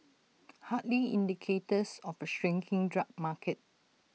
hardly indicators of A shrinking drug market